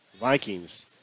Vikings